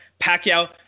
Pacquiao